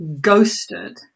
ghosted